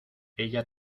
ella